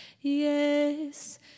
Yes